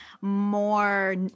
more